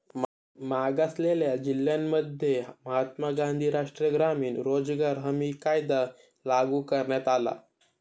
मागासलेल्या जिल्ह्यांमध्ये महात्मा गांधी राष्ट्रीय ग्रामीण रोजगार हमी कायदा लागू करण्यात आला